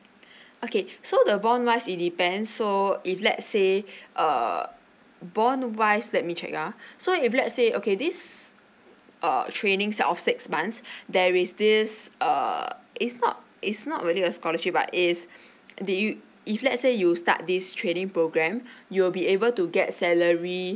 okay so the bond wise it depend so if let's say err bond wise let me check ah so if let's say okay this err training set of six months there is this err it's not it's not really a scholarship but is did you if let's say you start this training programme you'll be able to get salary